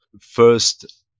First